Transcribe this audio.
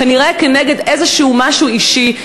כנראה כנגד איזה משהו אישי,